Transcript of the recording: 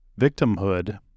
victimhood